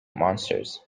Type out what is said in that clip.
monsters